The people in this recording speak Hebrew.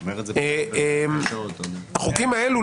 החוקים האלה,